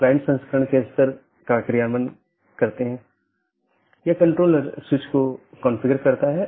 BGP AS के भीतर कार्यरत IGP को प्रतिस्थापित नहीं करता है